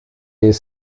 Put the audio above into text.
est